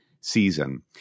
season